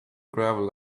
gravel